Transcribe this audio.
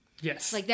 Yes